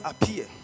appear